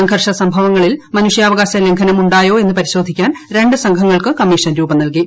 സംഘർഷ സംഭവങ്ങളിൽ മനുഷ്യാവകാശ ലംഘനം ഉണ്ടായോ എന്ന് പരിശോധിക്കാൻ രണ്ട് സംഘങ്ങൾക്കും കമ്മീഷൻ രൂപം നൽകി